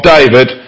David